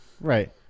Right